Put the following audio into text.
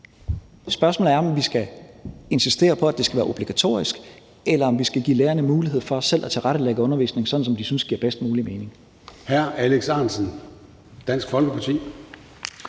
Spørgsmålet er, om vi skal insistere på, at det skal være obligatorisk, eller om vi skal give lærerne mulighed for selv at tilrettelægge undervisningen, sådan som de synes giver bedst mulig mening. Kl. 14:45 Formanden